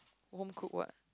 home cooked what